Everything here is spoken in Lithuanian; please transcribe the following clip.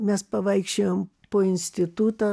mes pavaikščiojom po institutą